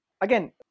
again